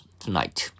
tonight